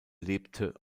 lebte